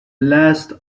last